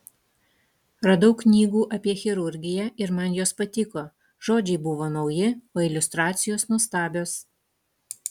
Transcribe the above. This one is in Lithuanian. radau knygų apie chirurgiją ir man jos patiko žodžiai buvo nauji o iliustracijos nuostabios